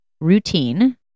routine